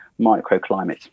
Microclimate